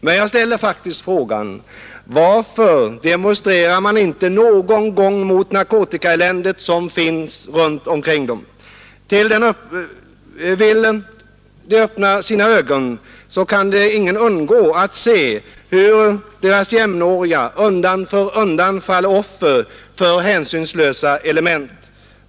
Men jag ställer faktiskt frågan: Varför demonstrerar de inte någon gång mot narkotikaeländet som finns runt omkring dem? Vill de öppna sina ögon kan de ju inte undgå att se hur deras jämnåriga undan för undan faller offer för hänsynslösa element.